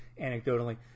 anecdotally